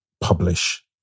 publish